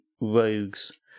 rogues